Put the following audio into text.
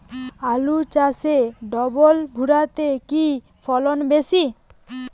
আলু চাষে ডবল ভুরা তে কি ফলন বেশি?